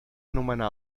nomenar